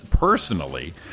Personally